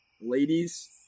Ladies